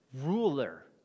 ruler